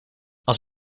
als